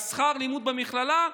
שכר הלימוד במכללה,